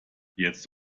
jetzt